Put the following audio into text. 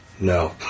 No